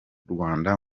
rwanda